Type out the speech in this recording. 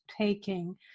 taking